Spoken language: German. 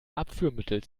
abführmittel